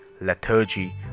lethargy